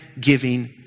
giving